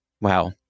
Wow